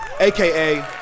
aka